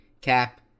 cap